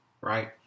right